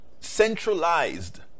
centralized